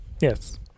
Yes